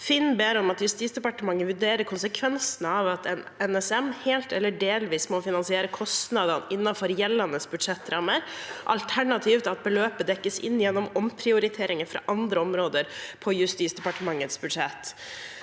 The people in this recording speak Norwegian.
«FIN ber om at JD vurderer konsekvensene av at NSM helt eller delvis må finansiere kostnadene innenfor gjeldende budsjettrammer, alternativt at beløpet dekkes inn gjennom omprioriteringer fra andre områder på JDs budsjett.»